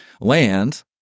land